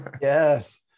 Yes